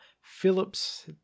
Phillips